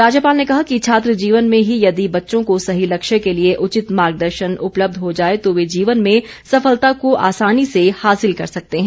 राज्यपाल ने कहा कि छात्र जीवन में ही यदि बच्चों को सही लक्ष्य के लिए उचित मार्गदर्शन उपलब्ध हो जाए तो वे जीवन में सफलता को आसानी से हासिल कर लेते हैं